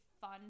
fun